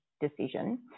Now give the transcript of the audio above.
decision